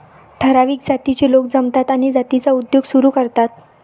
ठराविक जातीचे लोक जमतात आणि जातीचा उद्योग सुरू करतात